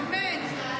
די, די, באמת.